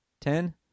Ten